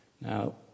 Now